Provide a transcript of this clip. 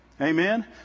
Amen